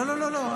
לא לא לא לא.